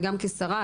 וגם כשרה,